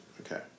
Okay